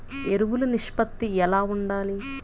ఎరువులు నిష్పత్తి ఎలా ఉండాలి?